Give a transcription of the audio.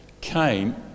came